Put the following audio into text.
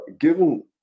given